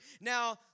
Now